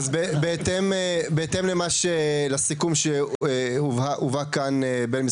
אז בהתאם לסיכום שהובא כאן בין משרד